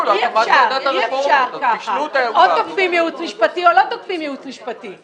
אי אפשר כך או שתוקפים ייעוץ משפטי או שלא תוקפים ייעוץ משפטי.